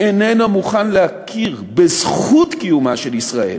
שאיננו מוכן להכיר בזכות קיומה של ישראל,